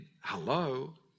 Hello